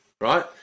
right